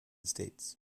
states